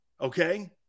okay